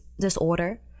disorder